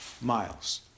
miles